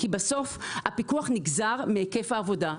כי בסוף הפיקוח נגזר מהיקף העבודה.